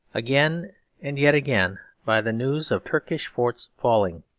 again and yet again, by the news of turkish forts falling,